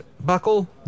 buckle